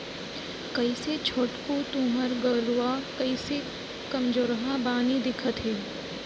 कइसे छोटकू तुँहर गरूवा कइसे कमजोरहा बानी दिखत हे